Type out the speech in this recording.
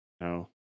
No